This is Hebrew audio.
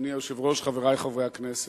אדוני היושב-ראש, חברי חברי הכנסת,